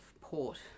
Port